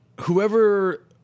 whoever